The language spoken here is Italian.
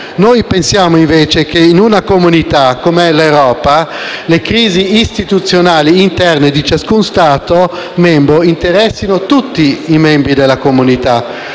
Pensiamo invece che in una comunità, come è l'Europa, le crisi istituzionali interne di ciascuno Stato membro interessino tutti i membri della comunità.